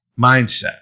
mindset